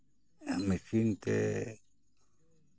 machine ᱛᱮ